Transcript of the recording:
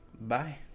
Bye